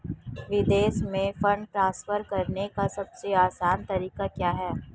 विदेश में fund transfer करने का सबसे आसान तरीका क्या है?